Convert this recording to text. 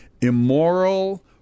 immoral